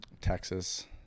texas